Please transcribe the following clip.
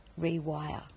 rewire